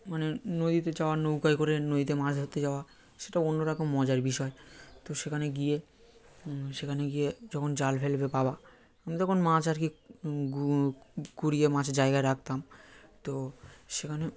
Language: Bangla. মানে নদীতে যাওয়া নৌকায় করে নদীতে মাছ ধরতে যাওয়া সেটা অন্য রকম মজার বিষয় তো সেখানে গিয়ে সেখানে গিয়ে যখন জাল ফেলবে বাবা আমি তখন মাছ আর কি গু কুড়িয়ে মাছের জায়গায় রাখতাম তো সেখানে